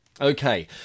okay